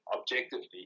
objectively